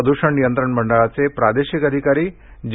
प्रदूषण नियंत्रण मंडळाचे प्रादेशिक अधिकारी जे